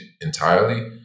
entirely